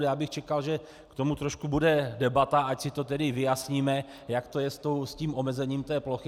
Já bych čekal, že k tomu trošku bude debata, ať si to tedy vyjasníme, jak je to s tím omezením plochy.